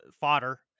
fodder